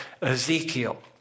Ezekiel